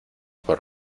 por